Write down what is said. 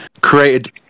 created